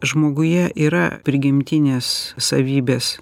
žmoguje yra prigimtinės savybės